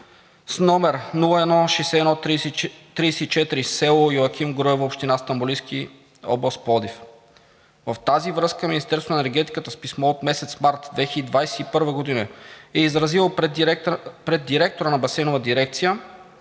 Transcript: с № 016134 село Йоаким Груево, община Стамболийски, област Пловдив. В тази връзка Министерството на енергетиката с писмо от месец март 2021 г. е изразило пред директора на Басейнова дирекция